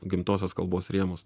gimtosios kalbos rėmus